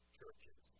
churches